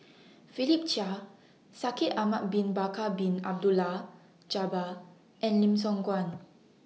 Philip Chia Shaikh Ahmad Bin Bakar Bin Abdullah Jabbar and Lim Siong Guan